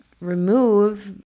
remove